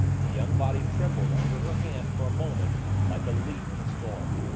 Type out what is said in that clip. the young body trembled under her hand for a moment like a leaf in the storm.